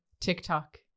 TikTok